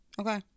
okay